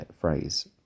phrase